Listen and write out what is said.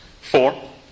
Four